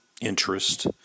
interest